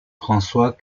françois